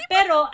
Pero